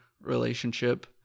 relationship